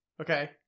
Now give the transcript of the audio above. Okay